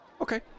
Okay